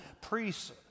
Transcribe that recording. priests